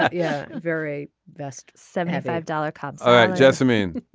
ah yeah very vest seventy five dollar cap all right gentlemen.